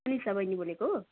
अनिसा बहिनी बोलेको